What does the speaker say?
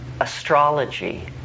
astrology